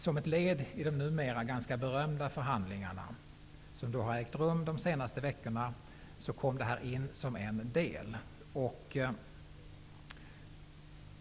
Som ett led i de numera ganska berömda förhandlingar som har ägt rum de senaste veckorna kom denna proposition in som en del.